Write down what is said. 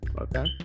okay